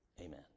amen